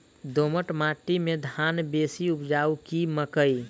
दोमट माटि मे धान बेसी उपजाउ की मकई?